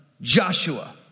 Joshua